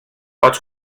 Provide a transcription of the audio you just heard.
pots